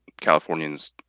Californians